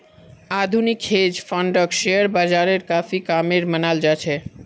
आधुनिक हेज फंडक शेयर बाजारेर काफी कामेर मनाल जा छे